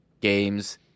games